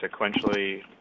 sequentially